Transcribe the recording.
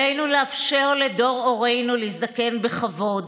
עלינו לאפשר לדור הורינו להזדקן בכבוד.